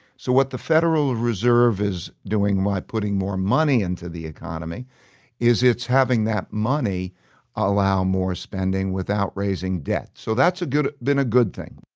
so what the federal reserve is doing by putting more money into the economy is it's having that money allow more spending without raising debts so that's been a good thing.